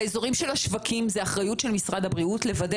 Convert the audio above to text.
באזורים של השווקים זה אחריות של משרד הבריאות לוודא